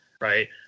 Right